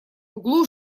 углу